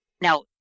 Now